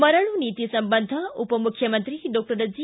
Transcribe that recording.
ಮರಳು ನೀತಿ ಸಂಬಂಧ ಉಪಮುಖ್ಯಮಂತ್ರಿ ಡಾಕ್ಷರ್ ಜಿ